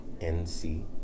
NC